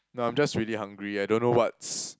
no I'm just really hungry I don't know what's